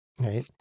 right